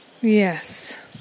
yes